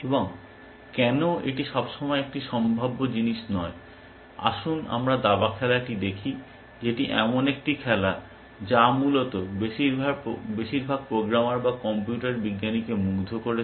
এবং কেন এটি সবসময় একটি সম্ভাব্য জিনিস নয় আসুন আমরা দাবা খেলাটি দেখি যেটি এমন একটি খেলা যা মূলত বেশিরভাগ প্রোগ্রামার বা কম্পিউটার বিজ্ঞানীকে মুগ্ধ করেছে